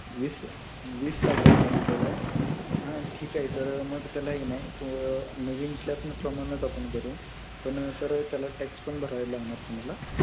वीस वीस लाखापर्यंतचं काय हां ठीक आहे सर मग त्याला आहे की नाही तो नवीन स्लॅबप्रमाणच आपण करू पण सर त्याला टॅक्स पण भरावे लागणार तुम्हाला